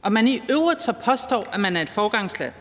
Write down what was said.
hvor man i øvrigt så påstår, at man er et foregangsland?